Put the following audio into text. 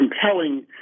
compelling